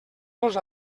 los